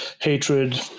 hatred